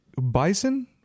bison